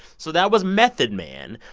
so that was method man.